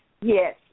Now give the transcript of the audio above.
Yes